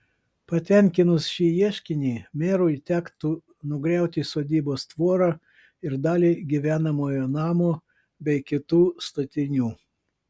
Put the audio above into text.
patenkinus šį ieškinį merui tektų nugriauti sodybos tvorą ir dalį gyvenamojo namo bei kitų statinių